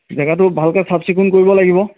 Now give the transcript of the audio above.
জেগাটো ভালকৈ চাফচিকুণ কৰিব লাগিব